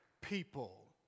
people